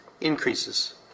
increases